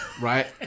right